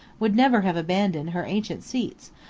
would never have abandoned her ancient seats,